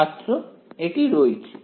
ছাত্র এটি রৈখিক